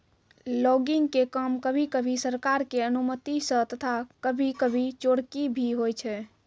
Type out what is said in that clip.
logging के काम कभी कभी सरकार के अनुमती सॅ तथा कभी कभी चोरकी भी होय छै